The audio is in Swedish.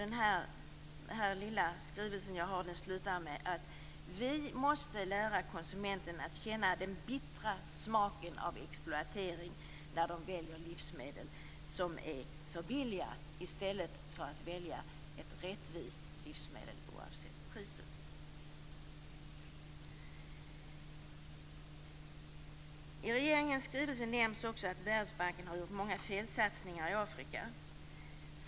Den lilla skrivelse jag har slutar med konstaterandet: Vi måste lära konsumenterna att känna den bittra smaken av exploatering när de väljer livsmedel som är för billiga i stället för att välja ett rättvist livsmedel oavsett priset. I regeringens skrivelse nämns också att Världsbanken har gjort många felsatsningar i Afrika.